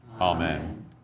Amen